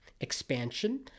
expansion